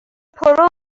پرو